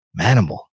Manimal